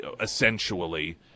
essentially